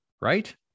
right